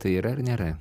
tai yra ar nėra